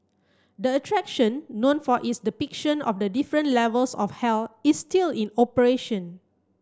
the attraction known for its depiction of the different levels of hell is still in operation